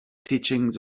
teachings